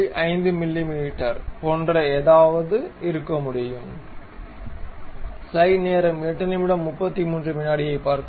5 மிமீ போன்ற ஏதாவது இருக்க முடியும்